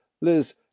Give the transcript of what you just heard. Liz